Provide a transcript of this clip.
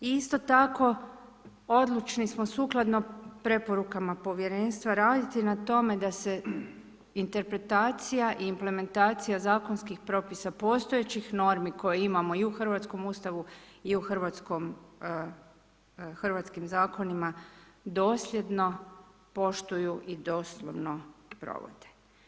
Isto tako, odlučni smo sukladno preporukama Povjerenstva raditi na tome da se interpretacija i implementacija zakonskih propisa postojećih normi koje imamo i u hrvatskom Ustavu i u hrvatskim zakonima, dosljedno poštuju i doslovno provode.